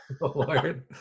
Lord